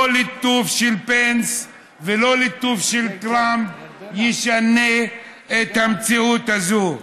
לא ליטוף של פנס ולא ליטוף של טראמפ ישנה את המציאות הזאת.